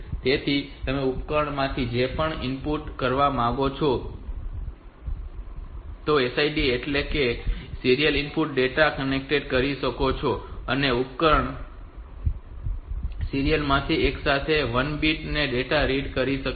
તેથી તમે ઉપકરણમાંથી જે કંઈપણ ઇનપુટ કરવા માંગો છો તેને જો તમે તેને SID એટલે કે સીરીયલ ઇનપુટ ડેટા સાથે કનેક્ટ કરી શકો તો તે ઉપકરણ સિરિયલ માંથી એક સાથે 1 બીટ નો ડેટા રીડ કરી શકે છે